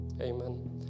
Amen